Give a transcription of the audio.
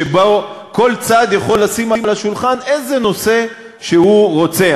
שבו כל צד יכול לשים על השולחן איזה נושא שהוא רוצה,